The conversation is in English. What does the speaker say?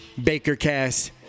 BakerCast